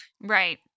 Right